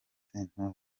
sentore